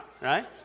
right